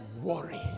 Worry